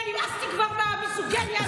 ונמאס לי כבר מהמיזוגיניה הזאת.